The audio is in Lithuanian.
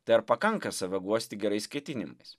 tai ar pakanka save guosti gerais ketinimais